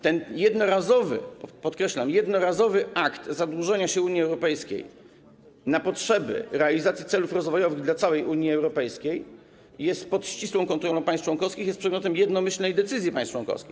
Ten jednorazowy, podkreślam: jednorazowy akt zadłużenia się Unii Europejskiej na potrzeby realizacji celów rozwojowych całej Unii Europejskiej jest pod ścisłą kontrolą państw członkowskich, jest przedmiotem jednomyślnej decyzji państw członkowskich.